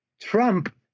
Trump